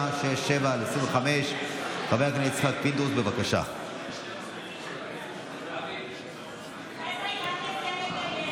2967/25. חבר הכנסת יצחק